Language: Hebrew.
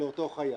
לאותו חייב.